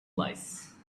lice